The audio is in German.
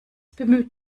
bemüht